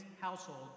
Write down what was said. household